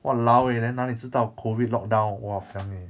!walao! eh then 哪里知道 COVID locked down wahpiang eh